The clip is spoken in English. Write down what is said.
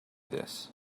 this